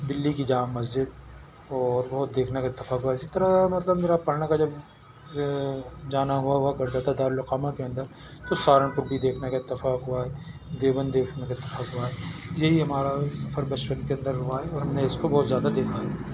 دلّی کی جامع مسجد اور بہت دیکھنے کا اتفاق ہوا ہے اسی طرح مطلب میرا پڑھنے کا جب جانا ہوا ہوا کرتا تھا دار الاقامہ کے اندر تو سہارنپور بھی دیکھنے کا اتفاق ہوا ہے دیوبند دیکھنے کا اتفاق ہوا ہے یہی ہمارا سفر بچپن کے اندر ہوا ہے اور ہم نے اس کو بہت زیادہ دیکھا ہے